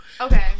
okay